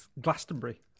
glastonbury